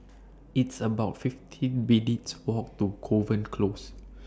It's about fifteen minutes' Walk to Kovan Close